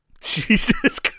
Jesus